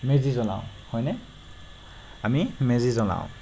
মেজি জ্বলাওঁ হয়নে আমি মেজি জ্বলাওঁ